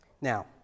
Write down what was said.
now